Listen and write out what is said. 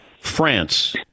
France